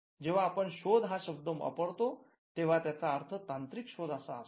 जेव्हा आपण शोध हा शब्द वापरतो तेव्हा त्याचा अर्थ तांत्रीक शोध असा असतो